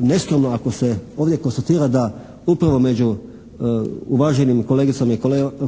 neskromno ako se ovdje konstatira da upravo među uvaženim kolegicama i